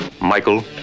Michael